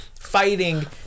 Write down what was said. fighting